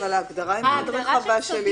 אם אותו אדם העביר את הידיעה הסודית